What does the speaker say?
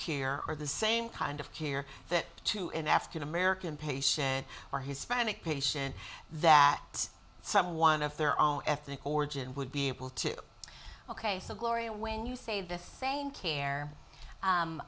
care or the same kind of care that to an african american patient or hispanic patient that someone of their own ethnic origin would be able to ok so gloria when you say the same care